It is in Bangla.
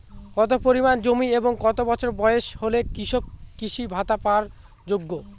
কত পরিমাণ জমি এবং কত বছর বয়স হলে কৃষক কৃষি ভাতা পাওয়ার যোগ্য?